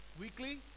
weekly